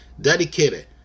dedicated